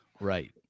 Right